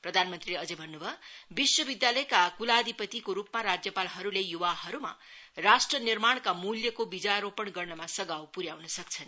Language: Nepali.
प्रधान मन्त्रीले अझै भन्नु भयो विश्वविद्यालयका कुलाधिपतिको रूपमा राज्यपालहरूले युवाहरूमा राष्ट्र निर्माणका मुल्यको विजारोपण गर्नमा सघाउ पुघाउन सक्छन्